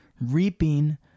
reaping